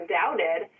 doubted